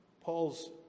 Paul's